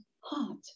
heart